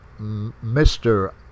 Mr